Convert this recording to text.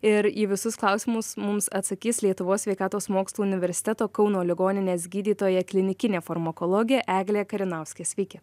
ir į visus klausimus mums atsakys lietuvos sveikatos mokslų universiteto kauno ligoninės gydytoja klinikinė farmakologė eglė karinauskė sveiki